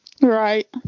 right